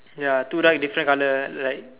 ya two duck different colour like